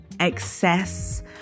excess